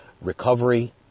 recovery